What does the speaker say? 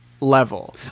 level